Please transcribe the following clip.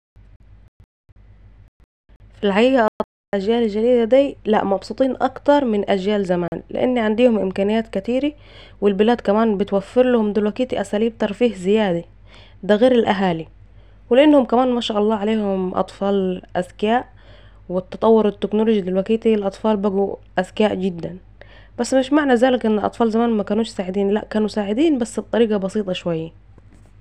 في الحقيقة اطفال الأجيال الجديدة دي ، لا مبسوطين اكتر من أجيال زمان لان عندهم إمكانيات كتيره و البلاد كمان بتوفرلهم دلوقتي اسليب ترفيه زياده دا غير الاهالي، ولانهم كمان ماشاء الله عليهم اذكياء ، و التطور التكنولوجي دلوقتي الاطفال بقوا اذكياء جدا ، بس مش معنى ذلك أن أطفال زمان مكنوش سعدين لأ كانوا سعدين بس بطريقه بسسطه شوية